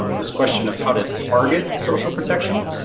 um this question of how to target social protection.